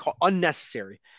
unnecessary